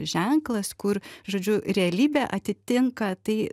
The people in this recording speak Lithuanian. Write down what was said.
ženklas kur žodžiu realybė atitinka tai